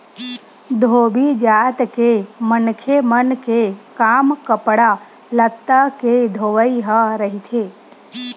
धोबी जात के मनखे मन के काम कपड़ा लत्ता के धोवई ह रहिथे